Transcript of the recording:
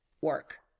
work